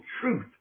truth